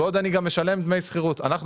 ועוד דמי השכירות שאני משלם.